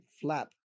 flap